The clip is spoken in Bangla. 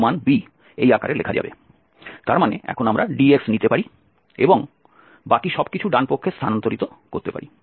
তার মানে এখন আমরা Dx নিতে পারি এবং বাকি সবকিছু ডানপক্ষে স্থানান্তরিত করতে পারি